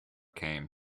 came